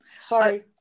sorry